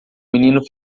menino